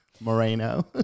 Moreno